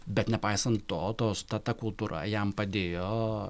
bet nepaisant to tos ta ta kultūra jam padėjo